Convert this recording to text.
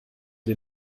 den